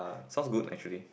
sounds good actually